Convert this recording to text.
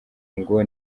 ngo